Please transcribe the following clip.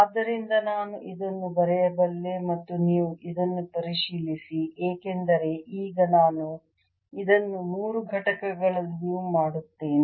ಆದ್ದರಿಂದ ನಾನು ಇದನ್ನು ಬರೆಯಬಲ್ಲೆ ಮತ್ತು ನೀವು ಇದನ್ನು ಪರಿಶೀಲಿಸಿ ಏಕೆಂದರೆ ಈಗ ನಾನು ಇದನ್ನು ಮೂರು ಘಟಕಗಳಲ್ಲಿಯೂ ಮಾಡುತ್ತೇನೆ